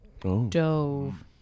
dove